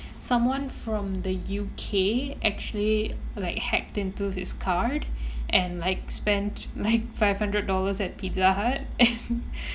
someone from the U_K actually like hacked into his card and like spent like five hundred dollars at pizza hut and